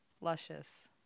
luscious